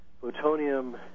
plutonium